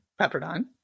Pepperdine